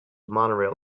monorail